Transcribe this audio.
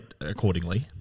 accordingly